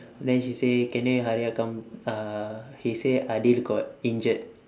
then she say can you hurry up come uh he say adil got injured